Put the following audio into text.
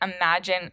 imagine